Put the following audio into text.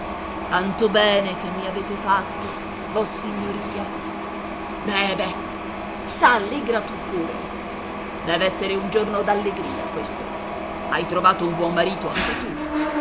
tanto bene che mi avete fatto vossignoria be be sta allegra tu pure dev'essere un giorno d'allegria questo hai trovato un buon marito anche tu